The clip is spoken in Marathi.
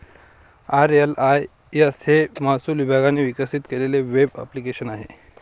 आर.एल.आय.एस हे महसूल विभागाने विकसित केलेले वेब ॲप्लिकेशन आहे